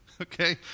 Okay